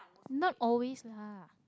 not always lah